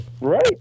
Right